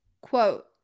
Quote